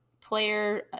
player